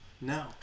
No